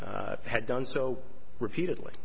had done so repeatedly